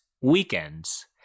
weekends